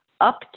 up